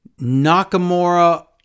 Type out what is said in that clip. Nakamura